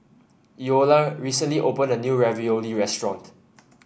Eola recently opened a new Ravioli restaurant